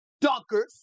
dunkers